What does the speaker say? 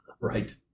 Right